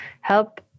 help